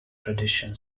tradition